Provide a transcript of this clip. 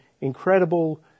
incredible